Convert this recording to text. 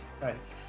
Nice